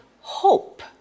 hope